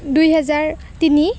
দুই হেজাৰ তিনি